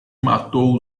matou